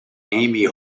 amy